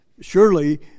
Surely